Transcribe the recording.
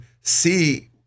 see